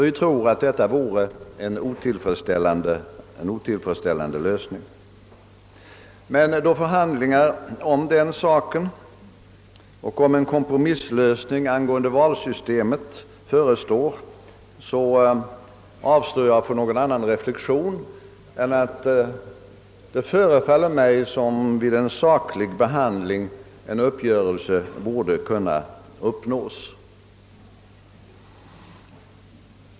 Vi tror nämligen att gemensam valdag vore en otillfredsställande lösning, men då förhandlingar om den saken och om en kompromisslösning angående valsystemet förestår gör jag endast den reflexionen att det förefaller mig som om uppgörelse borde kunna nås vid en saklig behandling.